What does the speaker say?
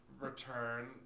Return